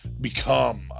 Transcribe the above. become